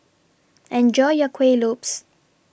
Enjoy your Kuih Lopes